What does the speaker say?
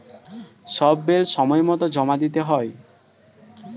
সব বিল সময়মতো জমা দিতে হয়